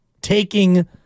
taking